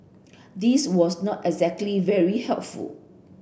this was not exactly very helpful